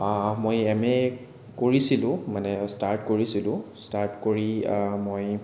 মই M A কৰিছিলোঁ মানে ষ্টাৰ্ট কৰিছিলোঁ ষ্টাৰ্ট কৰি মই